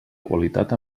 qualitat